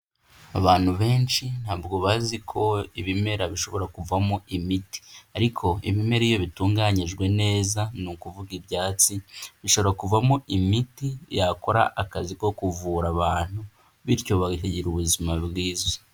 Abantu benshi ntabwo bazi ko ibimera bishobora kuvamo imiti ariko ibimera iyo bitunganyijwe neza, ni ukuvuga ibyatsi bishobora kuvamo imiti yakora akazi ko kuvura abantu bityo bakagira ubuzima bwiza.